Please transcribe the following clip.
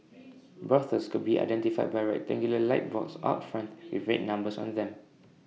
brothels could be identified by A rectangular light box out front with red numbers on them